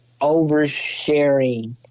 oversharing